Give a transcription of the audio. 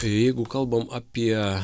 tai jeigu kalbam apie